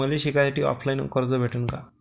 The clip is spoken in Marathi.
मले शिकासाठी ऑफलाईन कर्ज भेटन का?